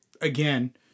again